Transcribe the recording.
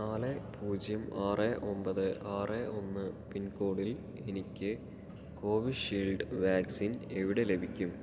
നാല് പൂജ്യം ആറ് ഒമ്പത് ആറ് ഒന്ന് പിൻകോഡിൽ എനിക്ക് കോവിഷീൽഡ് വാക്സിൻ എവിടെ ലഭിക്കും